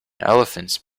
elephants